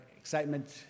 excitement